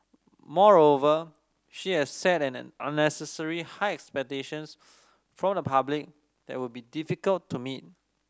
moreover she has set an unnecessary high expectations from the public that would be difficult to meet